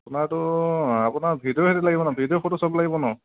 আপোনাৰতো অঁ আপোনাৰ ভিডিঅ' সৈতে লাগিব ন ভিডিঅ' ফটো চব লাগিব ন